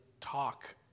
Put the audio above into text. talk